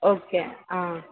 okay